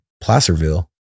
placerville